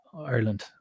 Ireland